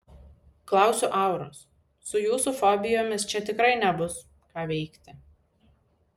klausiu auros su jūsų fobijomis čia tikrai nebus ką veikti